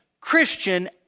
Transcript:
Christian